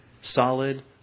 solid